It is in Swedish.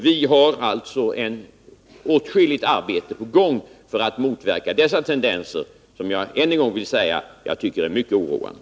Vi har alltså åtskilligt arbete på gång för att motverka dessa tendenser, som jag än en gång vill säga är mycket oroande.